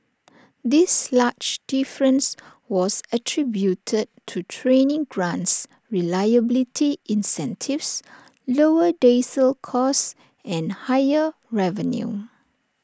this large difference was attributed to training grants reliability incentives lower diesel costs and higher revenue